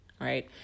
right